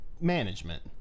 management